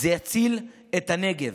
זה יציל את הנגב,